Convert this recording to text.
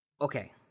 okay